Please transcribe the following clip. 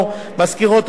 מזכירות הוועדה,